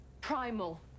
primal